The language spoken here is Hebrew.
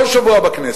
כל שבוע, בכנסת,